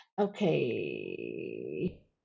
okay